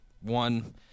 One